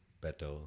better